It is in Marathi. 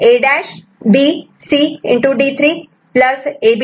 D3 AB'C'